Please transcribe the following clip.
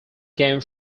game